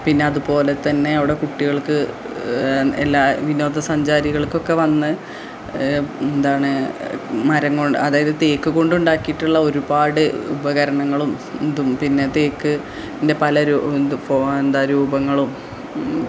പിന്നതുപോലെ തന്നെ അവിടെ കുട്ടികൾക്ക് എല്ലാ വിനോദസഞ്ചാരികൾക്കൊക്കെ വന്ന് എന്താണ് മരം കൊണ്ട് അതായത് തേക്ക് കൊണ്ടുണ്ടാക്കിയിട്ടുള്ള ഒരുപാട് ഉപകരണങ്ങളും ഇതും പിന്നെ തേക്ക് ൻ്റെ ഇത് പല രൂ ഫോ എന്താ രൂപങ്ങളും